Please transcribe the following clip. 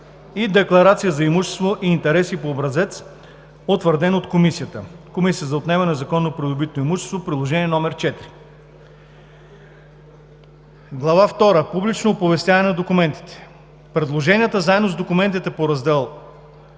– декларация за имущество и интереси по образец, утвърден от Комисията (Комисията за отнемане на незаконно придобито имущество) – Приложение № 4. II. Публично оповестяване на документите 1. Предложенията заедно с документите по Раздел